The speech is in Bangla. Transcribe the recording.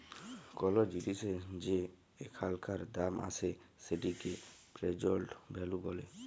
কল জিলিসের যে এখানকার দাম আসে সেটিকে প্রেজেন্ট ভ্যালু ব্যলে